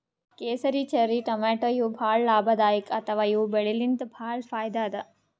ಕೇಸರಿ, ಚೆರ್ರಿ ಟಮಾಟ್ಯಾ ಇವ್ ಭಾಳ್ ಲಾಭದಾಯಿಕ್ ಅಥವಾ ಇವ್ ಬೆಳಿಲಿನ್ತ್ ಭಾಳ್ ಫೈದಾ ಅದಾ